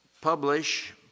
publish